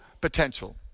potential